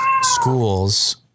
schools